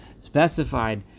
specified